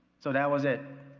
so, that was it.